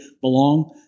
belong